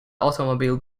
automobile